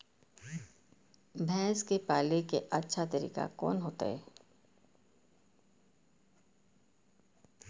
भैंस के पाले के अच्छा तरीका कोन होते?